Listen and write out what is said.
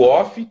off